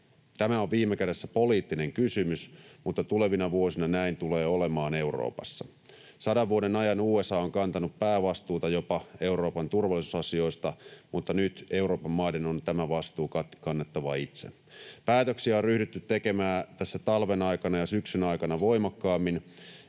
Tämä on viime kädessä poliittinen kysymys, mutta tulevina vuosina näin tulee olemaan Euroopassa. Sadan vuoden ajan USA on kantanut päävastuuta jopa Euroopan turvallisuusasioista, mutta nyt Euroopan maiden on tämä vastuu kannettava itse. Päätöksiä on ryhdytty tekemään tässä talven aikana ja syksyn aikana voimakkaammin,